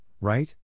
right